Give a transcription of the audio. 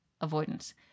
Avoidance